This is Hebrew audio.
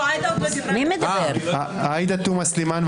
עאידה תומא סלימאן,